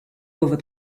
over